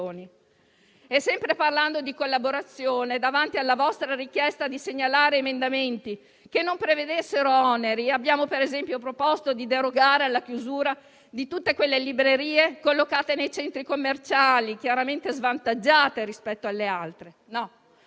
Sempre parlando di collaborazione davanti alla vostra richiesta di segnalare emendamenti che non prevedessero oneri, abbiamo per esempio proposto di derogare alla chiusura di tutte quelle librerie collocate nei centri commerciali, chiaramente svantaggiate rispetto alle altre. No,